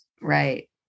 Right